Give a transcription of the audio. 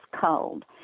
cold